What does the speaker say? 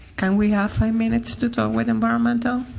and we have five minutes to to would and um and